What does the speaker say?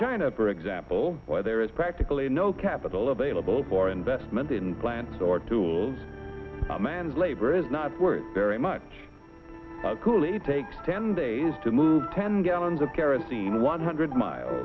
china for example where there is practically no capital available for investment in plants or tools a man's labor is not worth very much cool it takes ten days to move ten gallons of kerosene one hundred miles